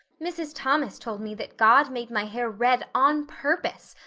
mrs. thomas told me that god made my hair red on purpose,